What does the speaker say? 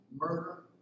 murder